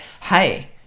hey